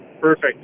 Perfect